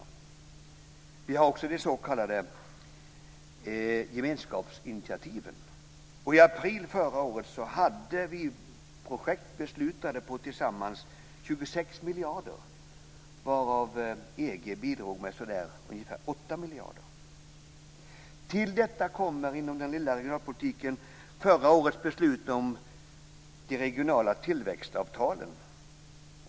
Vi har också de s.k. gemenskapsinitiativen. I april förra året hade vi projekt beslutade på tillsammans 26 miljarder, varav EU Till detta kommer inom den lilla regionalpolitiken förra årets beslut om de regionala tillväxtavtalen.